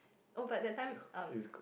oh but that time um